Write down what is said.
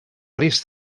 risc